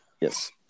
Yes